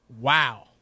Wow